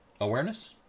awareness